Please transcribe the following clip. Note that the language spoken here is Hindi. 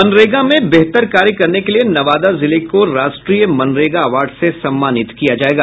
मनरेगा में बेहतर कार्य करने के लिये नवादा जिले को राष्ट्रीय मनरेगा अवार्ड से सम्मानित किया जायेगा